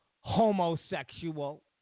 homosexual